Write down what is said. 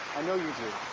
i know you do.